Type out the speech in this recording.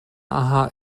aha